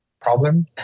Problem